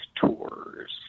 tours